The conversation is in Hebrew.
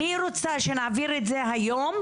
אני רוצה שנעביר את זה היום,